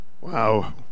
Wow